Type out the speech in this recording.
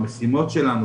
המשימות שלנו,